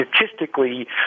statistically